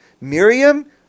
Miriam